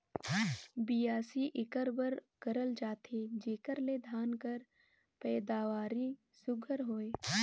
बियासी एकर बर करल जाथे जेकर ले धान कर पएदावारी सुग्घर होए